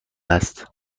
است